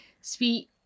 sweet